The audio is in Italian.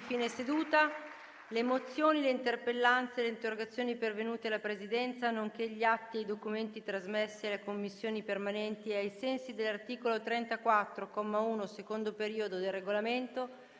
finestra"). Le mozioni, le interpellanze e le interrogazioni pervenute alla Presidenza, nonché gli atti e i documenti trasmessi alle Commissioni permanenti ai sensi dell'articolo 34, comma 1, secondo periodo, del Regolamento